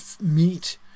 meat